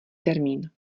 termín